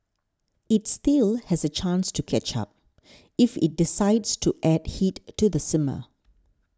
it still has a chance to catch up if it decides to add heat to the simmer